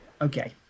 Okay